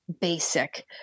basic